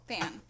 Fan